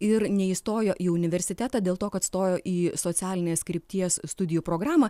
ir neįstojo į universitetą dėl to kad stojo į socialinės krypties studijų programą